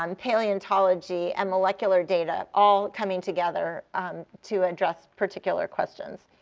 um paleontology, and molecular data, all coming together to address particular questions,